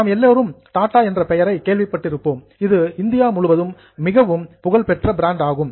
நாம் எல்லோரும் டாட்டா என்ற பெயரை கேள்விப்பட்டிருப்போம் இது இந்தியா முழுவதும் மிகவும் ரெப்யூடெட் புகழ்பெற்ற பிராண்ட் ஆகும்